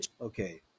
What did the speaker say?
Okay